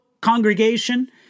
congregation